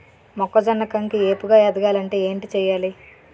మొక్కజొన్న కంకి ఏపుగ ఎదగాలి అంటే ఏంటి చేయాలి?